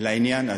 לעניין הזה.